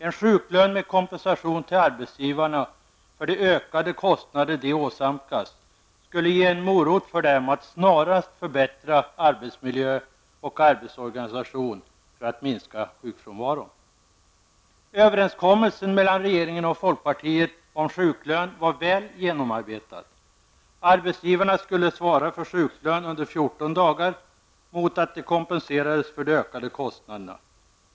En sjuklön med kompensation till arbetsgivarna för de ökade kostnader som de åsamkas skulle ge en morot för dem att snarast förbättra arbetsmiljö och arbetsorganisation för att minska sjukfrånvaron. Överenskommelsen mellan regeringen och folkpartiet om sjuklön var väl genomarbetad. dagar mot att de kompenserades för de ökade kostnaderna.